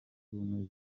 ubumwe